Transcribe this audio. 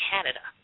Canada